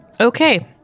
Okay